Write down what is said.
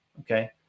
Okay